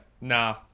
Nah